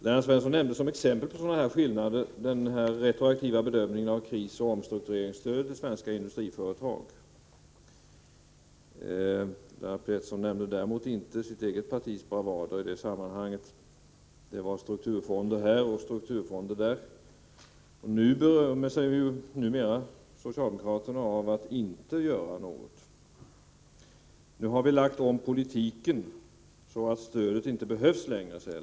För att ge ett exempel på ett område där det föreligger skillnader nämnde Lennart Pettersson den retroaktiva bedömningen av krisoch omstruktureringsstödet till svenska industriföretag. Däremot nämnde han inte sitt eget partis bravader i det sammanhanget. Det var bara strukturfonder här och strukturfonder där. Numera berömmer sig ju socialdemokraterna av att inte göra någonting. Lennart Pettersson säger: Nu har vi lagt om politiken så, att något stöd inte längre behövs.